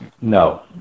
No